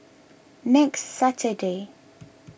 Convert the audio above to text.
next Saturday